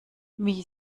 wie